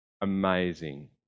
amazing